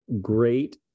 great